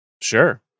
Sure